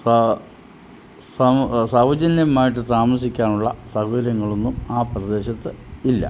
സൗജന്യമായിട്ട് താമസിക്കാനുള്ള സൗകര്യങ്ങളൊന്നും ആ പ്രദേശത്ത് ഇല്ല